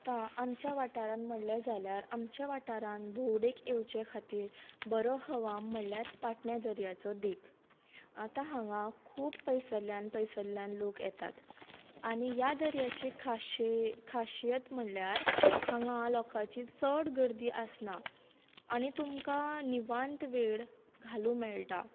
आतां आमच्या वाठारांत म्हणलें जाल्यार आमच्या वाठारांत भोंवडेक येवच्या खातीर बरो हवा म्हळ्यार पाटणें दर्याचो देग आतां हांगा खूब पयसल्ल्यान पयसल्ल्यान लोक येतात आनी ह्या दर्याची खाशेल खासीयत म्हळ्यार हांगा लोकांची चड गर्दी आसना आनी तुमकां निवांत वेळ घालूं मेळटा